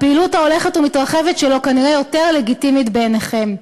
הפעילות ההולכת והמתרחבת שלו כנראה יותר לגיטימית בעיניכם.